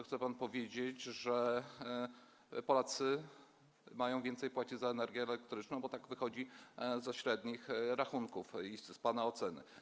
Chce pan powiedzieć, że Polacy mają więcej płacić za energię elektryczną, bo tak wychodzi ze średnich rachunków i z pana oceny.